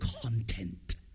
content